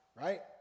right